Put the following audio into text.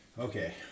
Okay